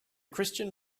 christian